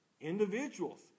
individuals